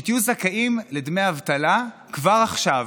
שתהיו זכאים לדמי אבטלה כבר עכשיו,